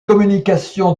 communication